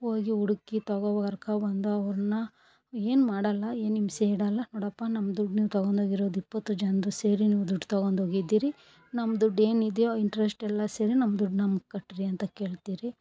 ಹೋಗಿ ಹುಡುಕಿ ತಗೋ ಕರ್ಕೊಬಂದು ಅವ್ರನ್ನ ಏನು ಮಾಡಲ್ಲ ಏನು ಹಿಂಸೆ ಇಡಲ್ಲ ನೋಡಪ್ಪ ನಮ್ಮ ದುಡ್ಡು ನೀವು ತಗೊಂದೋಗಿರೋದು ಇಪ್ಪತ್ತು ಜನ್ರು ಸೇರಿ ನೀವು ದುಡ್ಡು ತಗೊಂಡೋಗಿದ್ದೀರಿ ನಮ್ಮ ದುಡ್ಡು ಏನಿದೆಯೋ ಇಂಟ್ರೆಷ್ಟೆಲ್ಲ ಸೇರಿ ನಮ್ಮ ದುಡ್ಡು ನಮ್ಗೆ ಕಟ್ಟಿರಿ ಅಂತ ಕೇಳ್ತಿರಿ